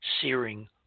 searing